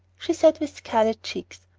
she said, with scarlet cheeks,